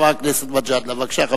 בבקשה.